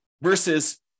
versus